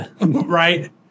Right